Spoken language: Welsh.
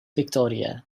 fictoria